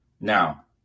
Now